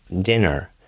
dinner